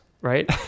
right